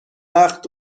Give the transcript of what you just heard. وقت